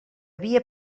via